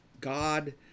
God